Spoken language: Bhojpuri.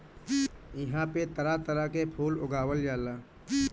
इहां पे तरह तरह के फूल उगावल जाला